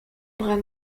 bras